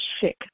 sick